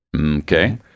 Okay